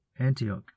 Antioch